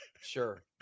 sure